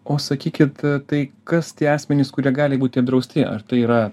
o sakykit tai kas tie asmenys kurie gali būti drausti ar tai yra